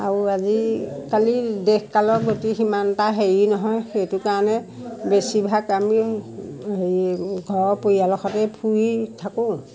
আৰু আজিকালি দেশ কালৰ গতি সিমান এটা হেৰি নহয় সেইটো কাৰণে বেছিভাগ আমি হেৰি ঘৰৰ পৰিয়ালৰ সৈতেই ফুৰি থাকোঁ